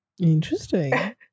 Interesting